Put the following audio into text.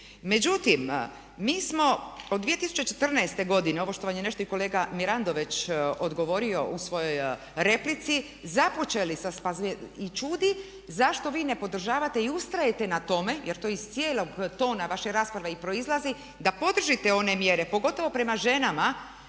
Međutim, mi smo od 2014. godine ovo što vam je nešto i kolega Mirando već odgovorio u svojoj replici započeli sa, pa i čudi zašto vi ne podržavate i ustrajete na tome, jer to iz cijelog tona vaše rasprave i proizlazi da podržite one mjere pogotovo prema ženama